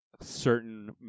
Certain